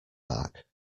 back